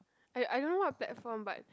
I I don't know what platform but